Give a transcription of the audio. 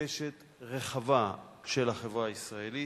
קשת רחבה של החברה הישראלית,